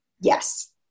Yes